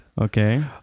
Okay